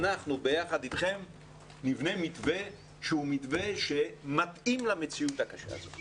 אנחנו ביחד אתכם נבנה מתווה שמתאים למציאות הקשה הזאת.